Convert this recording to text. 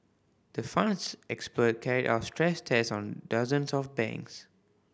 the Fund's experts carried out stress tests on dozens of banks